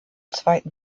zweiten